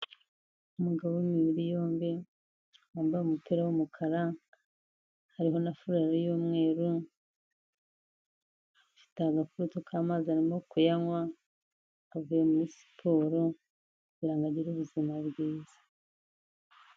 Umugabo w'imibiri yombi wambaye umupira w'umukara hariho na furari y'umweru afite agafuto k'amazi arimo kuyanywa avuye muri siporo kugirango agire ubuzima bwiza.